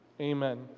Amen